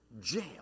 jail